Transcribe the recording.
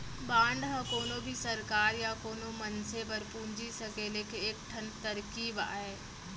bond ह कोनो भी सरकार या कोनो मनसे बर पूंजी सकेले के एक ठन तरकीब अय